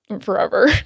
forever